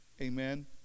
Amen